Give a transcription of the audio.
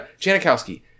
Janikowski